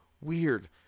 weird